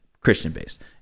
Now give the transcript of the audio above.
christian-based